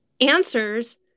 answers